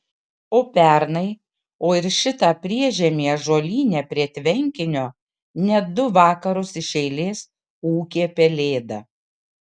o pernai o ir šitą priešžiemį ąžuolyne prie tvenkinio net du vakarus iš eilės ūkė pelėda